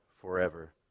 forever